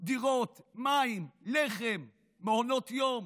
דירות, מים, לחם, מעונות יום,